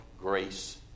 grace